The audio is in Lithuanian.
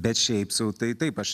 bet šiaip sau tai taip aš